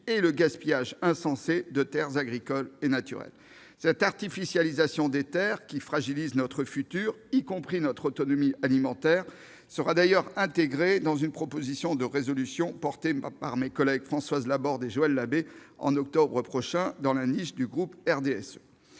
et le gaspillage insensé de terres agricoles et naturelles. L'enjeu de l'artificialisation des terres, qui fragilise notre futur et notre autonomie alimentaire, sera d'ailleurs inclus dans une proposition de résolution que mes collègues Françoise Laborde et Joël Labbé défendront en octobre prochain, dans le cadre d'une niche du groupe du RDSE.